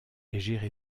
géré